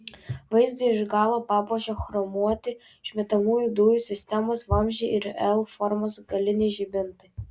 vaizdą iš galo papuošia chromuoti išmetamųjų dujų sistemos vamzdžiai ir l formos galiniai žibintai